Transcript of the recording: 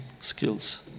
skills